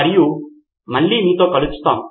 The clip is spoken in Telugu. తరువాత మాడ్యూల్లో కలుద్దాం